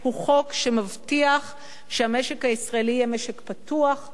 הוא חוק שמבטיח שהמשק הישראלי יהיה משק פתוח,